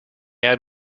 had